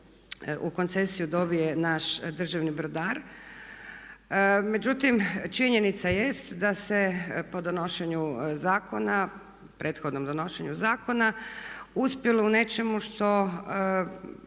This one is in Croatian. u koncesiju dobije naš državni brodar. Međutim, činjenica jest da se po prethodnom donošenju zakona uspjelo u nečemu što